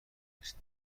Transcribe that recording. نیست